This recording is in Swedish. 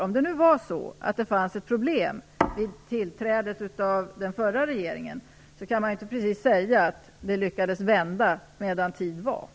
Om det nu fanns ett problem vid den förra regeringens tillträde, kan man inte precis säga att ni lyckades vända utvecklingen medan tid fanns.